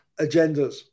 agendas